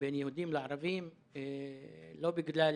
בין יהודים לערבים לא בגלל